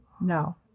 No